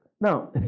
Now